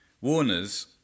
Warner's